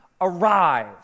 arrive